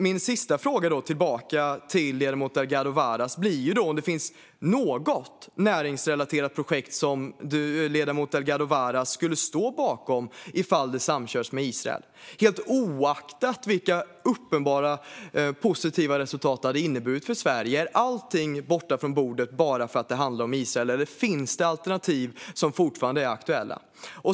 Min fråga till ledamoten Delgado Varas blir då: Finns det något näringsrelaterat projekt som ledamoten Delgado Varas skulle stå bakom ifall det samkörs med Israel? Det undrar jag oavsett vilka uppenbara positiva resultat det skulle innebära för Sverige. Är allting borta från bordet bara för att det handlar om Israel, eller finns det alternativ som fortfarande är aktuella?